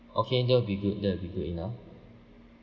that'll be good that'll be good enough